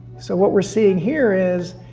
so what we're seeing here is,